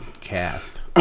cast